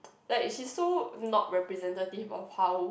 like she's so not representative of how